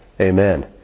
Amen